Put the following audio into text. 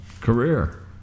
Career